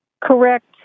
correct